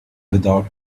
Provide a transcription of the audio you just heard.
without